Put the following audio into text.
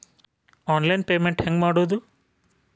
Online payment ಹೆಂಗ್ ಮಾಡೋದು?